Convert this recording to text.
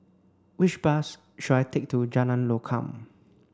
which bus should I take to Jalan Lokam